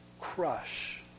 crush